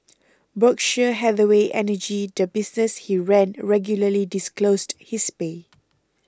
Berkshire Hathaway Energy the business he ran regularly disclosed his pay